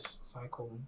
cycle